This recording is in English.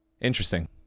Interesting